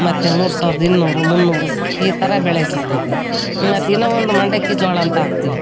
ಮತ್ತು ಮೂರು ಸಾವಿರದ ಇನ್ನೂರು ಮುನ್ನೂರು ಈ ಥರ ಬೆಳೆ ಸಿಗ್ತೈತೆ ಮತ್ತು ಇನ್ನು ಒಂದು ಮಂಡಕ್ಕಿ ಜೋಳ ಅಂತ ಹಾಕ್ತಿವಿ